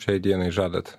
šiai dienai žadat